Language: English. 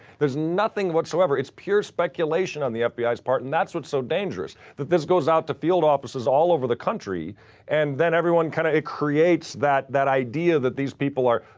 there's nothing whatsoever. it's pure speculation on the fbi's part and that's what's so dangerous. that this goes out to field offices all over the country and then everyone kind of, it creates that, that idea that these people are,